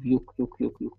juk juk juk